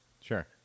sure